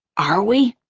are we?